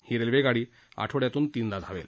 ही railway आठवड्यातून तीनदा धावेल